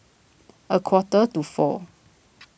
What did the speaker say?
a quarter to four